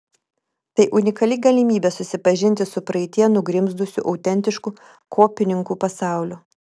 tai unikali galimybė susipažinti su praeityje nugrimzdusiu autentišku kopininkų pasauliu